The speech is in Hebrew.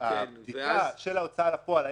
הבדיקה של ההוצאה לפועל,